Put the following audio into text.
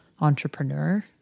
entrepreneur